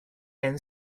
and